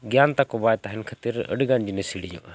ᱜᱮᱭᱟᱱ ᱛᱟᱠᱚ ᱵᱟᱭ ᱛᱟᱦᱮᱱ ᱠᱷᱟᱛᱤᱨ ᱟᱹᱰᱤ ᱜᱟᱱ ᱡᱤᱱᱤᱥ ᱦᱤᱲᱤᱧᱚᱜᱼᱟ